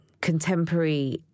contemporary